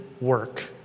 work